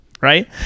Right